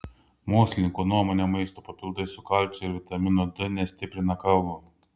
mokslininkų nuomone maisto papildai su kalciu ir vitaminu d nestiprina kaulų